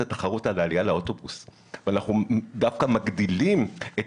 התחרות על העלייה לאוטובוס ואנחנו דווקא מגדילים את